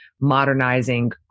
modernizing